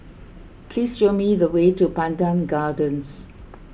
please show me the way to Pandan Gardens